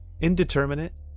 indeterminate